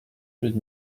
huit